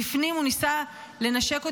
בפנים הוא ניסה לנשק אותי,